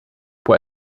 può